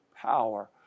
power